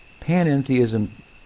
Panentheism